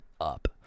up